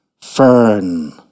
Fern